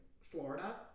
Florida